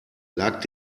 lag